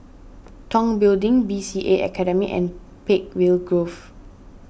Tong Building B C A Academy and Peakville Grove